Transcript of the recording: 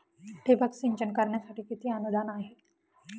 ठिबक सिंचन करण्यासाठी किती अनुदान आहे?